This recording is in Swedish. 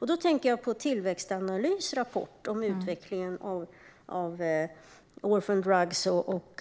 Det kom en rapport från Tillväxtanalys om utvecklingen när det gäller orphan drugs och